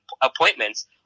appointments